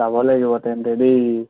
যাব লাগিব তেন্তে দেই